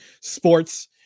sports